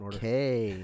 Okay